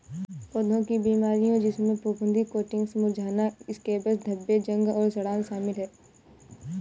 पौधों की बीमारियों जिसमें फफूंदी कोटिंग्स मुरझाना स्कैब्स धब्बे जंग और सड़ांध शामिल हैं